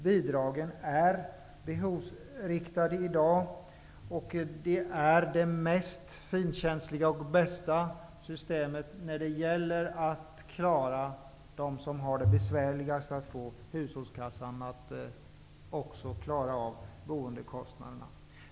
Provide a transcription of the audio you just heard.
Bidragen är i dag behovsinriktade, och de utgör det känsligaste och bästa systemet för att hjälpa dem som har det besvärligast att få hushållskassan att gå ihop och att klara sina boendekostnader.